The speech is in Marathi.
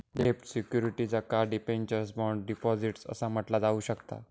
डेब्ट सिक्युरिटीजका डिबेंचर्स, बॉण्ड्स, डिपॉझिट्स असा म्हटला जाऊ शकता